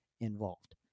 involved